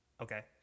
Okay